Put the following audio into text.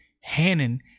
Hannon